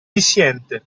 viciente